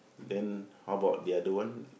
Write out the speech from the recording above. then how about the other one